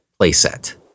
playset